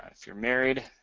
if you're married,